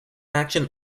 action